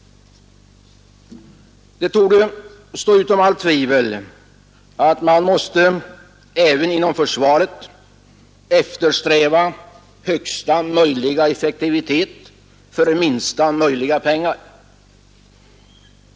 Det torde stå utom allt tvivel att man även inom försvaret måste eftersträva högsta möjliga effektivitet för minsta möjliga pengar.